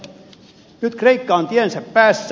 nyt kreikka on tiensä päässä